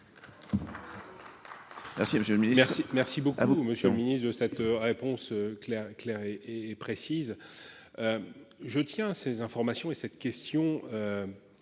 Merci, monsieur le ministre,